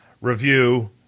review